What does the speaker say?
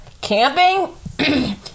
Camping